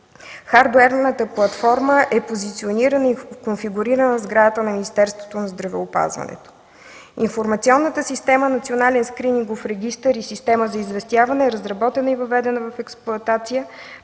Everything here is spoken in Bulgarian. хардуерната платформа е позиционирана и конфигурирана в сградата на Министерството на здравеопазването. Информационната система „Национален скринингов регистър” е система за известяване, разработена и въведена в експлоатация